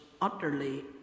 utterly